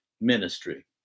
ministry